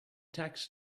tax